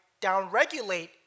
downregulate